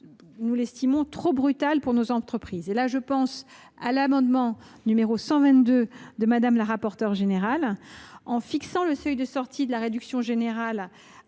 nous semblent trop brutales pour nos entreprises. Je pense à l’amendement n° 122 de Mme la rapporteure générale. En fixant le seuil de sortie de la réduction générale